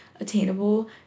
attainable